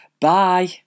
Bye